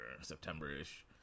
september-ish